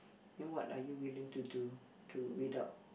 then what are you willing to do to without